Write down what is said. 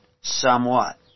somewhat